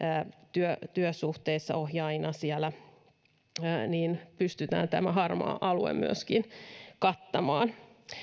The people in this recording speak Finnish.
työsuhteessa ohjaajina siellä ja pystytään tämä harmaa alue kattamaan